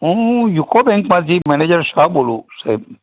હું યુકો બેન્કમાંથી મેનેજર શાહ બોલું સાહેબ